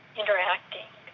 interacting